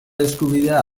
eskubidea